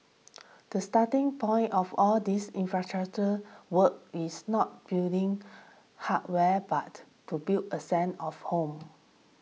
the starting point of all these infrastructure work is not building hardware but to build a same of home